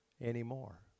anymore